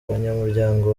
abanyamuryango